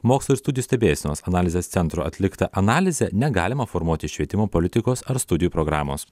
mokslo ir studijų stebėsenos analizės centro atliktą analizę negalima formuoti švietimo politikos ar studijų programos